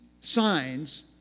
signs